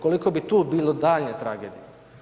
Koliko bi tu bilo daljnje tragedije?